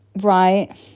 Right